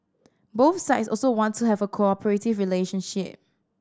both sides also want to have a cooperative relationship